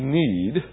need